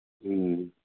ꯎꯝ